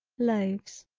loaves.